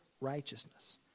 righteousness